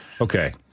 Okay